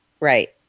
Right